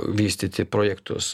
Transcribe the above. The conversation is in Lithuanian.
vystyti projektus